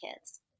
kids